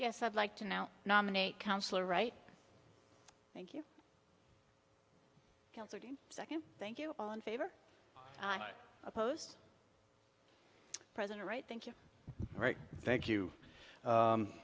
yes i'd like to now nominate councilor right thank you second thank you all in favor of a post president right thank you